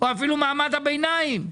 או אפילו מעמד הביניים.